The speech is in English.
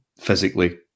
physically